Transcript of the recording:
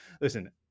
Listen